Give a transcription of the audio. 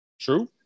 True